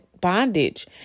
bondage